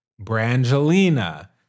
Brangelina